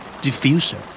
Diffuser